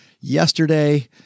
Yesterday